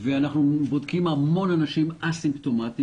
אנחנו בודקים היום המון אנשים א-סימפטומטיים.